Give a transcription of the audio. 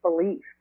belief